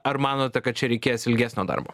ar manote kad čia reikės ilgesnio darbo